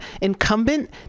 incumbent